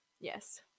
yes